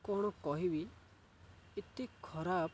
କ'ଣ କହିବି ଏତେ ଖରାପ